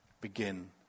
begin